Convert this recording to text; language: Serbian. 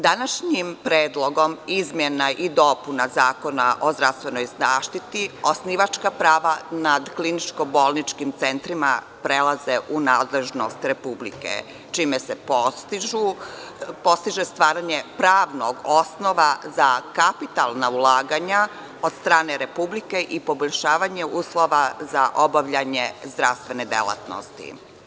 Današnjim Predlogom izmena i dopuna Zakona o zdravstvenoj zaštiti osnivačka prava nad kliničko-bolničkim centrima prelaze u nadležnost Republike, čime se postiže stvaranje pravnog osnova za kapitalna ulaganja od strane Republike i poboljšavanja uslova za obavljanje zdravstvene delatnosti.